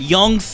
Young